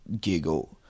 giggle